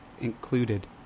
included